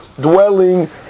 dwelling